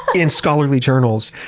in scholarly journals,